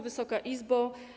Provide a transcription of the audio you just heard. Wysoka Izbo!